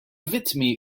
vittmi